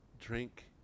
drink